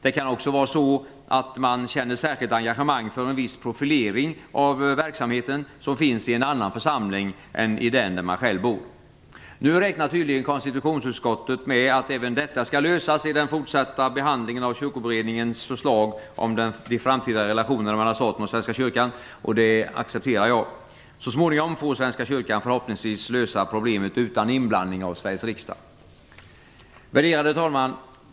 Det kan också vara så, att man känner särskilt engagemang för en viss profilering av verksamheten, som finns i en annan församling än i den där man själv bor. Nu räknar tydligen konstitutionsutskottet med att även detta skall lösas i den fortsatta behandlingen av Kyrkoberedningens förslag om de framtida relationerna mellan staten och Svenska kyrkan, och det accepterar jag. Så småningom får Svenska kyrkan förhoppningsvis lösa problemet utan inblandning av Värderade talman!